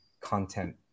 content